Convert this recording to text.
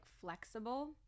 flexible